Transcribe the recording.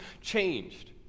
changed